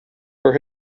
her